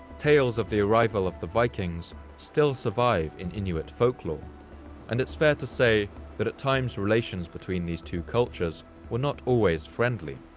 tales of the arrival of the vikings still survive in inuit folklore and it's fair to say that at times, relations between these two cultures were not always friendly.